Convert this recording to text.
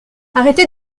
arrêtez